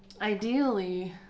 Ideally